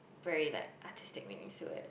very like artistic when you swear